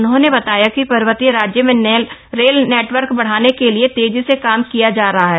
उन्होंने बताया कि पर्वतीय राज्य में रेल नेटवर्क बढ़ाने के लिए तेजी से काम किया जा रहा है